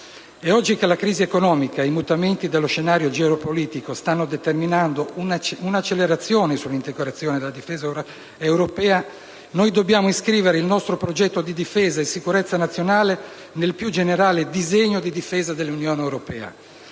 Oggi che la crisi economica e i mutamenti dello scenario geopolitico stanno determinando un'accelerazione sull'integrazione della difesa europea, noi dobbiamo iscrivere il nostro progetto di difesa e sicurezza nazionale nel più generale disegno di difesa dell'Unione europea,